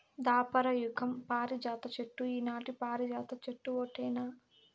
దాపర యుగం పారిజాత చెట్టు ఈనాటి పారిజాత చెట్టు ఓటేనా